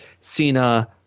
Cena